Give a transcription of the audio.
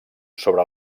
sobre